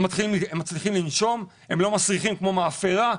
הם מצליחים לנשום, הם לא מסריחים כמו מאפרה.